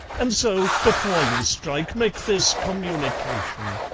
and so before you strike, make this communication